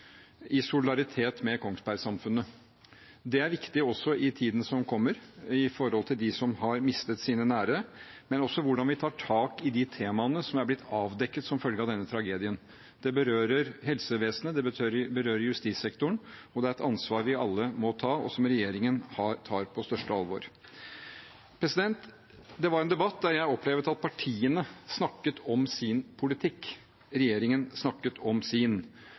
i solidaritet med Kongsberg-samfunnet. Det er viktig også i tiden som kommer, med hensyn til dem som har mistet sine nære, men også til hvordan vi tar tak i de temaene som er blitt avdekket som følge av denne tragedien. Det berører helsevesenet, det berører justissektoren, og det er et ansvar vi alle må ta, og som regjeringen tar på største alvor. Det var en debatt der jeg opplevde at partiene snakket om sin politikk, regjeringen snakket om sin.